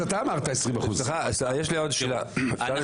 אתה אמרת 20%. יאסר חוג'יראת (רע"מ,